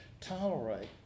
Tolerate